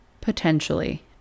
potentially